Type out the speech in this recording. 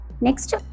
Next